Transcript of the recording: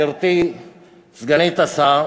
גברתי סגנית השר,